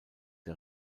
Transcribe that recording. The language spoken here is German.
der